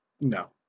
No